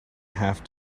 have